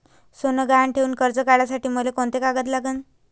सोनं गहान ठेऊन कर्ज काढासाठी मले कोंते कागद लागन?